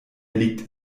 liegt